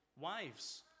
wives